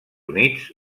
units